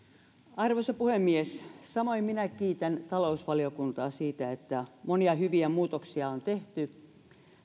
arvoisa puhemies samoin minä kiitän talousvaliokuntaa siitä että monia hyviä muutoksia on tehty